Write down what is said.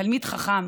תלמיד חכם,